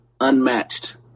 unmatched